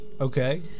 Okay